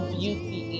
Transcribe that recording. beauty